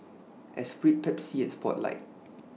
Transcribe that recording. Espirit Pepsi and Spotlight